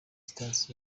stars